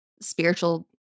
spiritual